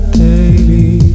daily